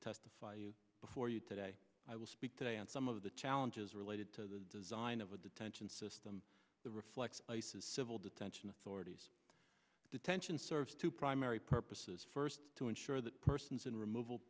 testify you before you today i will speak today on some of the challenges related to the design of a detention system the reflexive places civil detention authorities detention serves two primary purposes first to ensure that persons in removal